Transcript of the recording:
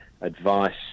advice